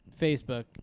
Facebook